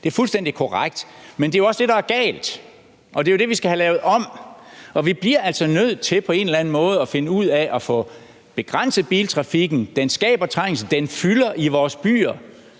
Det er fuldstændig korrekt, men det er også det, der er galt, og det er jo det, vi skal have lavet om. Vi bliver altså nødt til på en eller anden måde at finde ud af at få begrænset biltrafikken. Den skaber trængsel, den fylder i vores byer,